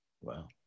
Wow